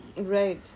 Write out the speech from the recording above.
Right